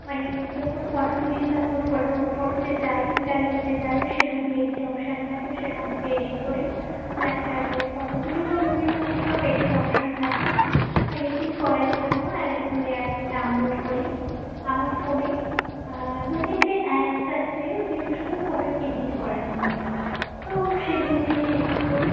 মানে যখন ফটো তুলি তারপর ফটো ফটোতে যাই গ্যালারিতে যাই সেখানে এডিট অপশন থাকে সেখান থেকে এডিট করি স্ন্যাপচ্যাট দিয়ে ফটো তুলি বা বিভিন্ন যে সব এডিট অপশন থাকে বা এডিট করার জন্য আলাদা করে অ্যাপস ডাউনলোড করি আমার ফোনে দু তিনটে অ্যাপস আছে যেটা শুধু ফটো এডিট করার জন্যে তো সেগুলো দিয়ে এডিট করি